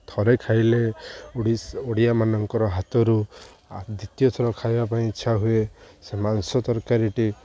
ଥରେ ଖାଇଲେ ଓଡ଼ିଆ ମାନଙ୍କର ହାତରୁ ଦ୍ଵିତୀୟଥର ଖାଇବା ପାଇଁ ଇଚ୍ଛା ହୁଏ ସେ ମାଂସ ତରକାରୀଟି